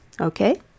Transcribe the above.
okay